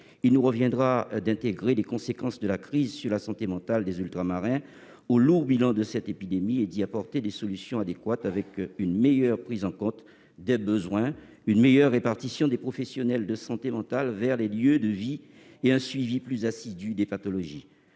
Il nous reviendra d'intégrer les conséquences de la crise sur la santé mentale des Ultramarins au lourd bilan de cette épidémie et d'y apporter des solutions adéquates, avec une meilleure prise en compte des besoins, une meilleure répartition des professionnels de santé mentale vers les lieux de vie et un suivi plus assidu des pathologies.